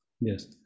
Yes